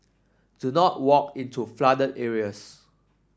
do not walk into flooded areas